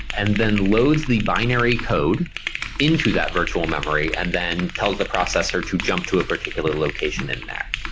and then loads the binary code into that virtual memory and then tells the processor to jump to a particular location in there?